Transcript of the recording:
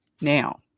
now